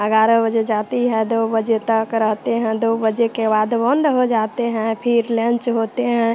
ग्यारह बजे जाती है दो बजे तक रहते हैं दो बजे के बाद बन्द हो जाते हैं फिर लन्च होता है